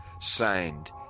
Signed